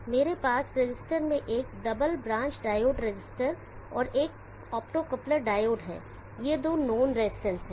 मेरे पास रसिस्टर मे एक डबल ब्रांच डायोड रसिस्टर और ऑप्टोकोप्लर डायोड है ये दो नोन रजिस्टेंस हैं